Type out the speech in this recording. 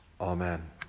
Amen